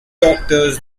doctors